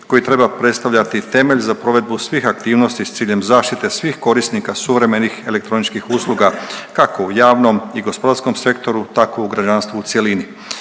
koji treba predstavljati temelj za provedbu svih aktivnosti s ciljem zaštite svih korisnika suvremenih elektroničkih usluga, kako u javnom i gospodarskom sektoru, tako u građanstvu u cjelini.